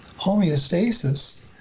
homeostasis